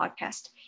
podcast